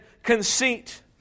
conceit